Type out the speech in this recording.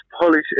Polish